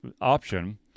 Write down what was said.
option